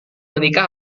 menikah